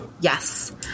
yes